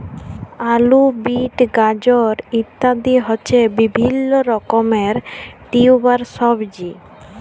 আলু, বিট, গাজর ইত্যাদি হচ্ছে বিভিল্য রকমের টিউবার সবজি